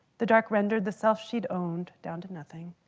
the dark rendered the self she'd owned down to nothing.